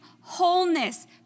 wholeness